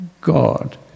God